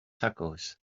tacos